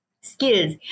skills